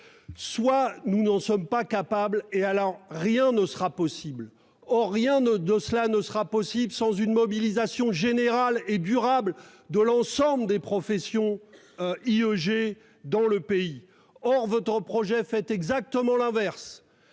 soit nous n'en sommes pas capables, et alors rien ne sera possible. Or nous n'y parviendrons pas sans une mobilisation générale et durable de l'ensemble des professions IEG dans le pays. Votre projet fait exactement l'inverse